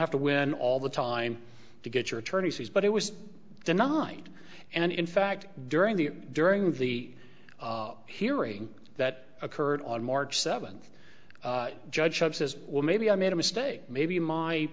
have to win all the time to get your attorney's fees but it was denied and in fact during the during the hearing that occurred on march seventh judgeships as well maybe i made a mistake maybe my